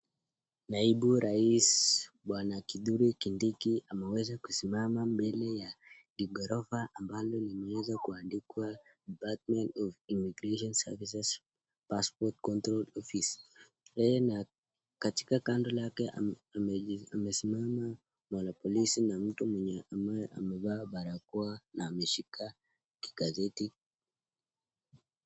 Naibu Rais Bwana Kithure Kindiki ameweza kusimama mbele ya jighorofa ambalo imeweza kuandikwa department of immigration services passport control office .Yeye na katika kando yake amesimama polisi na mtu ambaye amevaa barakoa na ameshika kigazeti.